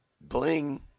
Bling